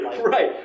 right